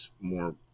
more